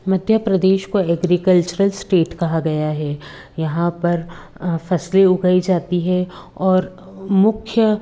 मध्य प्रदेश को agricultural state कहा गया है यहाँ पर फ़सलें उगाई जाती हैं और मुख्य